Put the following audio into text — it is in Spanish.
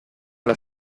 las